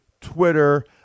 Twitter